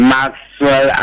Maxwell